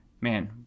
Man